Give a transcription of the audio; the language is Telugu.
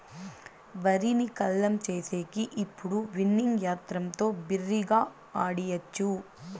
వరిని కల్లం చేసేకి ఇప్పుడు విన్నింగ్ యంత్రంతో బిరిగ్గా ఆడియచ్చు